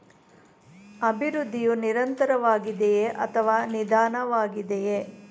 ಅಭಿವೃದ್ಧಿಯು ನಿರಂತರವಾಗಿದೆಯೇ ಅಥವಾ ನಿಧಾನವಾಗಿದೆಯೇ?